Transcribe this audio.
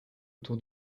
autour